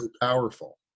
powerful